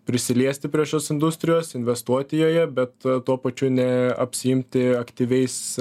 prisiliesti prie šios industrijos investuoti joje bet tuo pačiu neapsiimti aktyviais